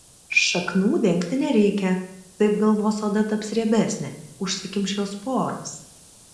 šaknų dengti nereikia taip galvos oda taps riebesnė užsikimš jos poros